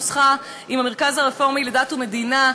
נוסחה עם "המרכז הרפורמי לדת ומדינה".